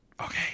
Okay